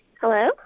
Hello